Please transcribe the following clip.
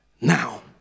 now